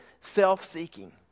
self-seeking